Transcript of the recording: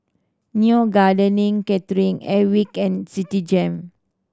Neo Gardening Catering Airwick and Citigem